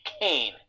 Kane